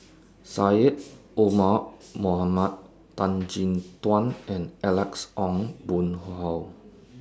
Syed Omar Mohamed Tan Chin Tuan and Alex Ong Boon Hau